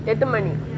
எட்டு மணி:ettu mani